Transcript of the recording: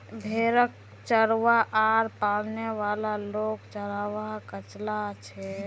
भेड़क चरव्वा आर पालने वाला लोग चरवाहा कचला छेक